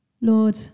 Lord